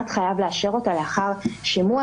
תודה רבה לכם.